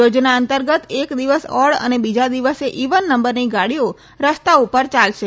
યોજના અંતર્ગત એક દિવસ ઓડ અને બીજા દિવસે ઇવન નંબરની ગાડીઓ રસ્તાઓ ઉપર ચાલશે